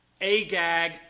agag